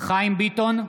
חיים ביטון,